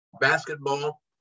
Basketball